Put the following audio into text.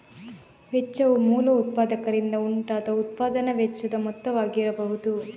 ವೆಚ್ಚವು ಮೂಲ ಉತ್ಪಾದಕರಿಂದ ಉಂಟಾದ ಉತ್ಪಾದನಾ ವೆಚ್ಚದ ಮೊತ್ತವಾಗಿರಬಹುದು